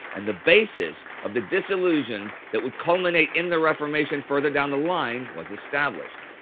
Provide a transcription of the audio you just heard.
and the basis of the disillusion that would culminate in the reformation further down the line, was established.